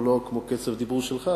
הוא לא כמו קצב הדיבור שלך.